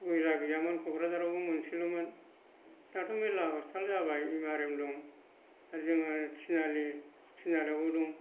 मेरला गैयामोन क'क्राझारावबो मोनसेल'मोन दाथ' मेरला हस्पिताल जाबाय एमआरएम दं आरो जोंना थिनालि थिनालियावबो दं